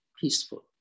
peaceful